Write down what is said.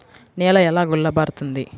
నేల ఎలా గుల్లబారుతుంది?